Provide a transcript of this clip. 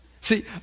See